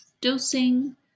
dosing